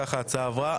ההצעה עברה.